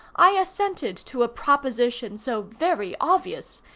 i assented to a proposition so very obvious,